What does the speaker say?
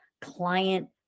client